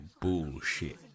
bullshit